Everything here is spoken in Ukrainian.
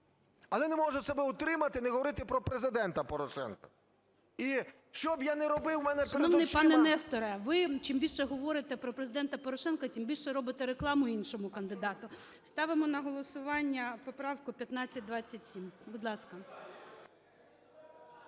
але не можу себе утримати не говорити про Президента Порошенка. І що б я не робив, у мене перед очима… ГОЛОВУЮЧИЙ. Шановний пане Несторе, ви чим більше говорите про Президента Порошенка, тим більше робите рекламу іншому кандидату. Ставимо на голосування поправку 1527. Будь ласка.